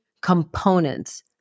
components